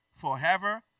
forever